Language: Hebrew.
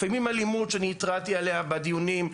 לפעמים אלימות שאני התרעתי עליה בדיונים,